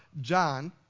John